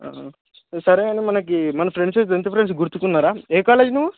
సరే కానీ మనకి మన ఫ్రెండ్స్ టెన్త్ ఫ్రెండ్స్ గుర్తుకున్నారా ఏ కాలేజ్ నువ్వు